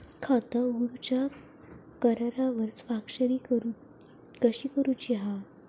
खाता उघडूच्या करारावर स्वाक्षरी कशी करूची हा?